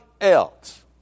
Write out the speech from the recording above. else